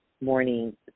morning